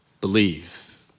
believe